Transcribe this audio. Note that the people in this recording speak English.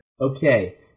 Okay